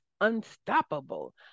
unstoppable